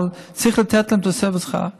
צריך לתת להם תוספת שכר,